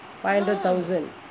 five hundred thousand